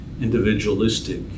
individualistic